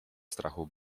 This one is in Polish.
strachu